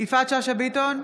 יפעת שאשא ביטון,